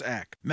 act